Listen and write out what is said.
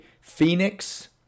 Phoenix